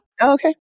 okay